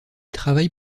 travaille